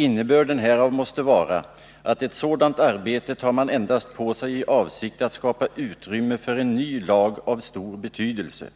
Innebörden härav måste vara att ett sådant arbete tar man endast på sig i avsikt att skapa utrymme för en ny lag av stor betydelse.